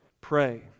Pray